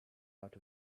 out